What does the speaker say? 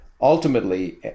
ultimately